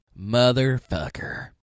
motherfucker